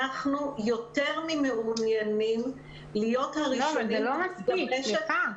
אנחנו יותר ממעוניינים --- סליחה, זה לא מספיק,